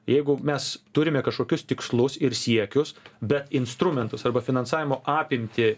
jeigu mes turime kažkokius tikslus ir siekius bet instrumentus arba finansavimo apimtį